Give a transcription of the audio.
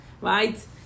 right